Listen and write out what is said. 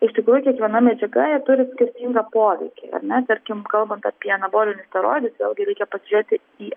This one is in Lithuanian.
iš tikrųjų kiekviena medžiaga turi skirtingą poveikį ar ne tarkim kalbant apie anabolinius steroidus vėlgi reikia pasižiūrėti į